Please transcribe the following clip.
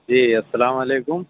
جی السلام علیکم